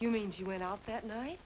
you mean she went out that night